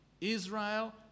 israel